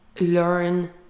learn